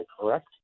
correct